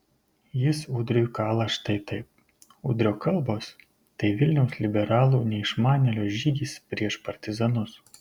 jis udriui kala štai taip udrio kalbos tai vilniaus liberalų neišmanėlio žygis prieš partizanus